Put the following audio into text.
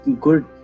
good